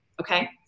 okay